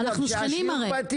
אנחנו שכנים הרי.